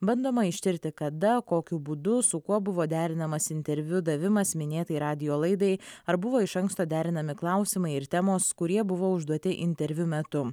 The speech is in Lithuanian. bandoma ištirti kada kokiu būdu su kuo buvo derinamas interviu davimas minėtai radijo laidai ar buvo iš anksto derinami klausimai ir temos kurie buvo užduoti interviu metu